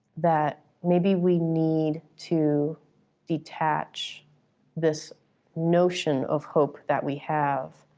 that maybe we need to detach this notion of hope that we have.